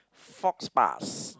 faux pas